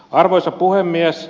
arvoisa puhemies